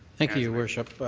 thank your worship.